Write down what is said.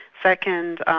second,